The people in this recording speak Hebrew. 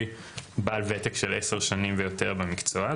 בעל ותק של עשר שנים ויותר במקצוע.